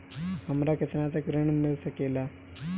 हमरा केतना तक ऋण मिल सके ला?